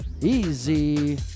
Easy